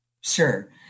Sure